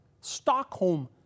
Stockholm